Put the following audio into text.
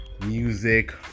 music